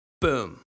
Boom